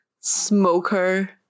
smoker